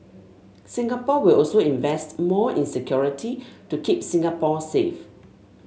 Singapore will also invest more in security to keep Singapore safe